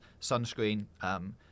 sunscreen